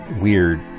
weird